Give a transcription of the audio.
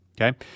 Okay